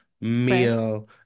meal